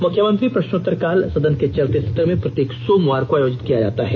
मुख्यमंत्री प्रष्नोत्तर काल सदन के चलते सत्र में प्रत्येक सोमवार को आयोजित किया जाता है